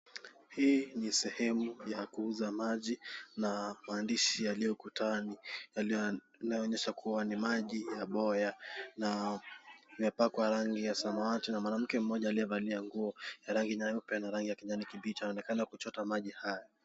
Hii ni sehemu ya kuuza maji na maandishi yalio ukutani yanaonyesha kuwa ni maji ya BOYA na imepakwa rangi ya samnawati na mwanamke mmoja aliyevalia nguo ya rangi nyeupe na rangi ya kijani klibichi anaonekana kuchota maji haya.